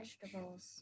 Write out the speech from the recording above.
vegetables